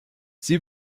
sie